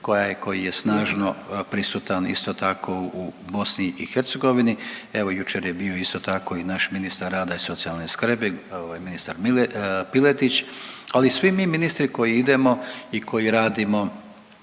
koji je snažno prisutan isto tako u BiH. Evo jučer je bio isto tako i naš ministar rada i socijalne skrbi ministar Piletić, ali i svi mi ministri koji idemo i koji radimo